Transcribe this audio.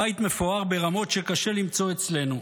הבית מפואר ברמות שקשה למצוא אצלנו.